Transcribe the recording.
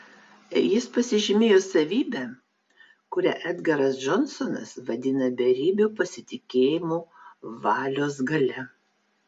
jis pasižymėjo savybe kurią edgaras džonsonas vadina beribiu pasitikėjimu valios galia